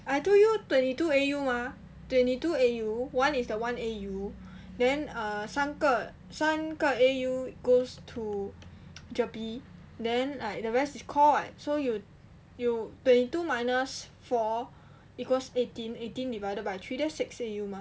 I told you twenty two A_U mah twenty two A_U one is the one A_U then uh 三个三个 A_U goes to GERPE then like the rest is core what so you you twenty two minus four equals eighteen eighteen divided by three that's six A_U mah